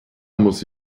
muss